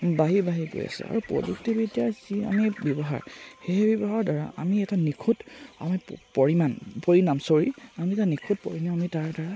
বাঢ়ি বাঢ়ি গৈ আছে আৰু প্ৰযুক্তিবিদ্যাৰ যি আমি ব্যৱহাৰ সেই ব্যৱহাৰৰ দ্বাৰা আমি এটা নিখুঁত আমি পৰিমাণ পৰিণাম ছৰী আমি এটা নিখুঁত পৰিণাম আমি তাৰ দ্বাৰা পাব পাৰোঁ